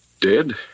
dead